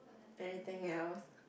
anything else